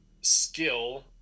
skill